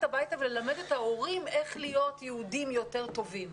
הביתה וללמד את ההורים איך להיות יהודים יותר טובים.